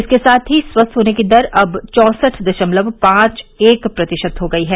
इसके साथ ही स्वस्थ होने की दर अब चौंसठ दशमलव पांच एक प्रतिशत हो गयी है